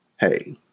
hey